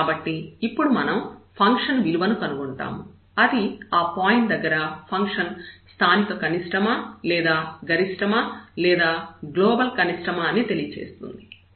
కాబట్టి ఇప్పుడు మనం ఫంక్షన్ విలువను కనుగొంటాము అది ఆ పాయింట్ దగ్గర ఫంక్షన్ స్థానిక కనిష్టమా లేదా గరిష్టమా లేదా గ్లోబల్ కనిష్టమా అని తెలియజేస్తుంది